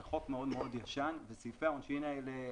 זה חוק מאוד מאוד ישן וסעיפי העונשין האלה,